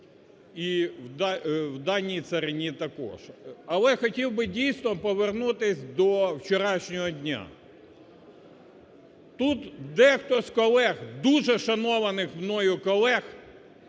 і в даній царині також. Але хотів би дійсно повернутися до вчорашнього дня. Тут дехто з колег, дуже шанованих мною колег,